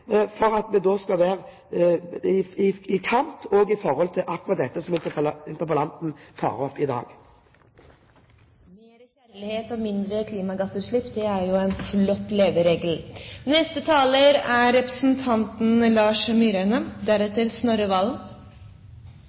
for at vi da skal være i forkant i forhold til akkurat det interpellanten tar opp i dag. Mer kjærlighet og mindre klimagassutslipp er jo en flott leveregel.